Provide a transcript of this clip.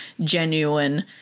genuine